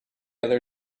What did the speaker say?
other